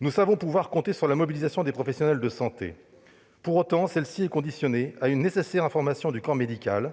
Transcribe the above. Nous savons pouvoir compter sur la mobilisation des professionnels de santé. Pour autant, celle-ci ne sera possible que grâce à une nécessaire information du corps médical,